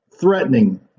threatening